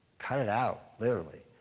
cut it out, literally.